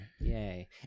Yay